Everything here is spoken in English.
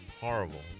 horrible